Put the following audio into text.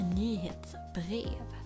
nyhetsbrev